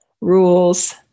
Rules